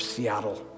Seattle